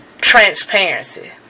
transparency